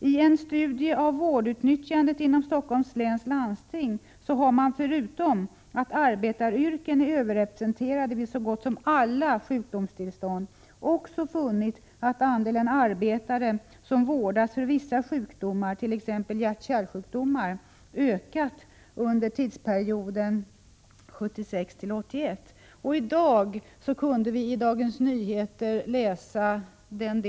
I en studie av vårdutnyttjandet inom Stockholms läns landsting har man, förutom att arbetaryrken är överrepresenterade vid så gott som alla sjukdomstillstånd, också funnit att andelen arbetare som vårdas för vissa sjukdomar, t.ex. hjärt-kärlsjukdomar, ökat under tidsperioden 1976-1981. I Dagens Nyheter i dag, i den del som handlar om Stockholm och = Prot.